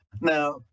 Now